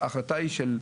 התהליך?